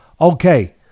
okay